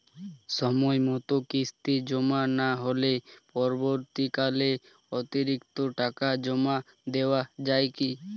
সময় মতো কিস্তি জমা না হলে পরবর্তীকালে অতিরিক্ত টাকা জমা দেওয়া য়ায় কি?